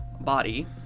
body